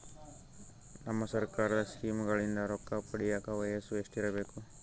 ನಮ್ಮ ಸರ್ಕಾರದ ಸ್ಕೀಮ್ಗಳಿಂದ ರೊಕ್ಕ ಪಡಿಯಕ ವಯಸ್ಸು ಎಷ್ಟಿರಬೇಕು?